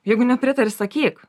jeigu nepritari sakyk